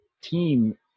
team